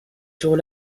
jour